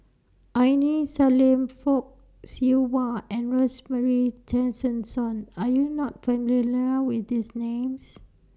Aini Salim Fock Siew Wah and Rosemary Tessensohn Are YOU not familiar with These Names